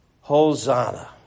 Hosanna